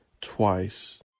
Twice